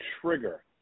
trigger